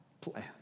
plan